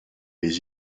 les